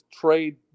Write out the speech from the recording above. trade